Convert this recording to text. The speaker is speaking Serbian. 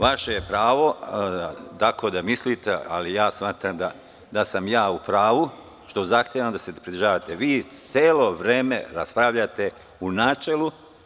Vaše je pravo tako da mislite, ali smatram da sam ja u pravu što zahtevam da se pridržavate dnevnog reda, a vi sve vreme raspravljate u načelu.